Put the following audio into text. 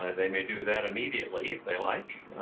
and they may do that immediately if they like.